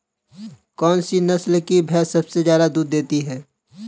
कौन सी नस्ल की भैंस सबसे ज्यादा दूध देती है?